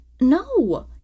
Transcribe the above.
No